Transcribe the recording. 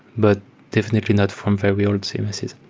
but definitely not from very old services.